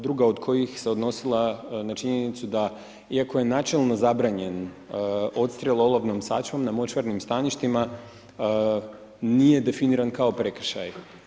Druga od koji se odnosila na činjenicu, iako je načelo zabranjen odstrjel olovnom sačmom na močvarnim staništima, nije definiran kao prekršaj.